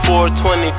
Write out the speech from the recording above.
420